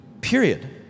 Period